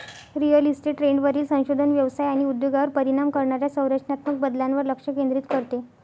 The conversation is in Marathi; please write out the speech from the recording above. रिअल इस्टेट ट्रेंडवरील संशोधन व्यवसाय आणि उद्योगावर परिणाम करणाऱ्या संरचनात्मक बदलांवर लक्ष केंद्रित करते